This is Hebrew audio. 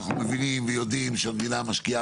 אנחנו מבינים ויודעים שהמדינה משקיעה